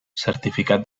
certificat